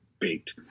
baked